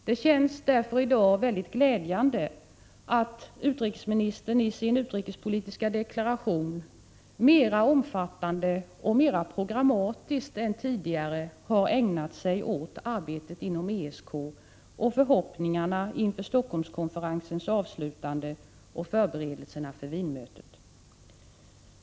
Det känns därför i dag väldigt glädjande att utrikesministern i sin utrikespolitiska deklaration mera omfattande och mera programmatiskt än tidigare har ägnat sig åt arbetet inom ESK, förhoppningarna inför Helsingforsskonferensens avslutande och förberedelserna för Wienmötet.